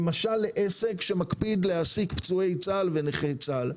למשל לעסק שמקפיד להעסיק פצועי צה"ל ונכי צה"ל.